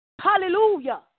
Hallelujah